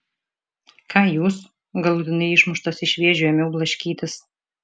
ką jūs galutinai išmuštas iš vėžių ėmiau blaškytis